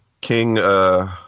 King